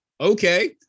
Okay